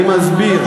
אני מסביר.